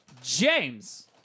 James